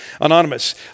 anonymous